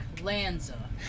Lanza